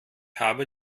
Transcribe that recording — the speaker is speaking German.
habe